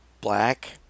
black